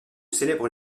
célèbre